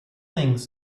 things